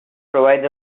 provides